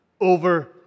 over